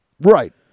right